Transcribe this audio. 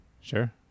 Sure